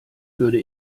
würde